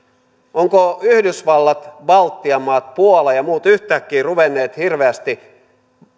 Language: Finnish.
ovatko yhdysvallat baltian maat puola ja muut yhtäkkiä ruvenneet hirveästi